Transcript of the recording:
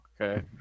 okay